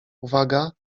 uwaga